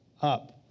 up